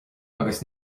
agus